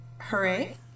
hooray